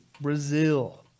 Brazil